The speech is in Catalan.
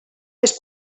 les